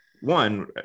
One